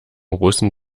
russen